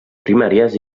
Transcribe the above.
primàries